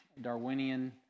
Darwinian